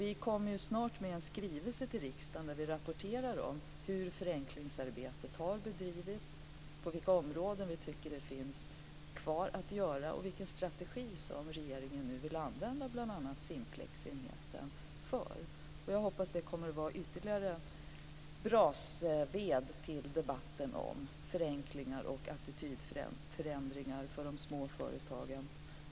Vi kommer snart med en skrivelse till riksdagen där vi rapporterar om hur förenklingsarbetet har bedrivits, på vilka områden vi tycker att det finns saker kvar att göra och vilken strategi som regeringen nu vill använda, bl.a. Simplexenheten. Jag hoppas att det kommer att vara ytterligare brasved till debatten om förenklingar och attitydförändringar för de små företagen.